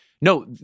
no